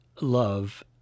love